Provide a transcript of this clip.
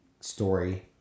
story